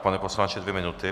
Pane poslanče, dvě minuty.